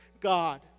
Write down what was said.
God